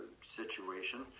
situation